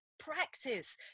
practice